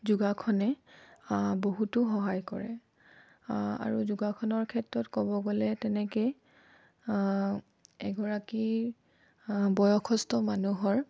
যোগাসনে বহুতো সহায় কৰে আৰু যোগাসনৰ ক্ষেত্ৰত ক'ব গ'লে তেনেকৈ এগৰাকী বয়সস্থ মানুহৰ